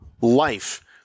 life